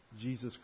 Jesus